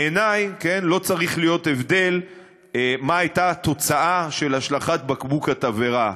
בעיני לא צריך להיות הבדל מה הייתה התוצאה של השלכת בקבוק התבערה,